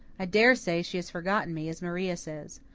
i daresay she has forgotten me, as maria says.